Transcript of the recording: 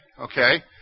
okay